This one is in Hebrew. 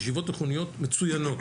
ישיבות תיכוניות מצוינות,